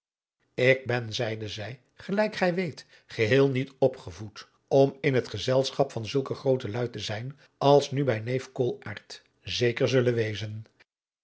ik ben zeide zij gelijk gij weet geheel niet opgevoed om in het gezelschap van zulke groote luî te zijn als nu bij neef koolaart zeker zullen wezen